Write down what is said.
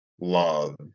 love